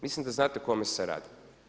Mislim da znate o kome se radi.